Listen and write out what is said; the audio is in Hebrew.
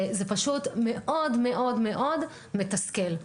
זה פשוט מאוד-מאוד מתסכל.